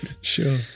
Sure